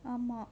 ஆமா:aamaa